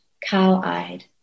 cow-eyed